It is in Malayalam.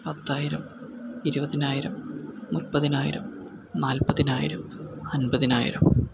പത്തായിരം ഇരുപതിനായിരം മുപ്പതിനായിരം നാല്പതിനായിരം അൻപതിനായിരം